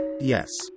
Yes